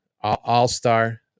All-star